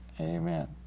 Amen